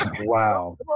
Wow